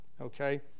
Okay